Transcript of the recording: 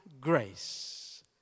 grace